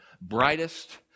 brightest